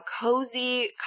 cozy